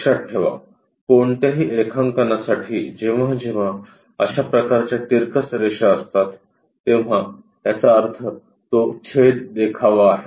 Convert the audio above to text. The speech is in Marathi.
लक्षात ठेवा कोणत्याही रेखांकनासाठी जेव्हा जेव्हा अशा प्रकारच्या तिरकस रेषा असतात तेव्हा याचा अर्थ तो छेद देखावा आहे